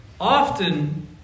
Often